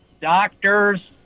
Doctors